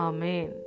Amen